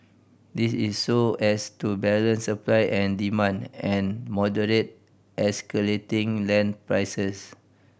this is so as to balance supply and demand and moderate escalating land prices